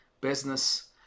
business